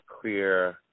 clear